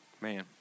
Man